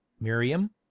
miriam